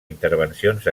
intervencions